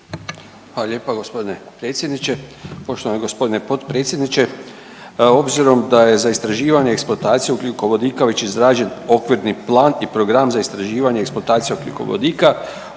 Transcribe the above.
Hvala lijepa g. predsjedniče. Poštovani g. potpredsjedniče. Obzirom da je istraživanje i eksploataciju ugljikovodika već izrađen okvirni plan i program za istraživanje i eksploataciju ugljikovodika